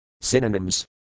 Synonyms